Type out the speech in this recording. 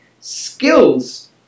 skills